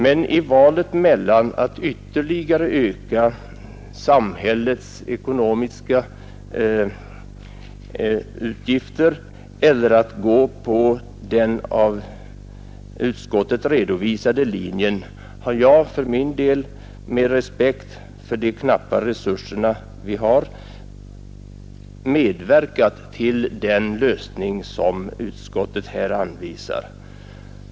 Men i valet mellan att ytterligare öka samhällets utgifter och att gå på den av utskottet redovisade linjen har jag för min del, med respekt för de knappa resurser vi har, medverkat till den ökning som utskottet här anvisar.